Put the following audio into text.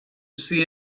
see